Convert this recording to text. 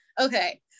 Okay